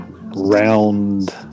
round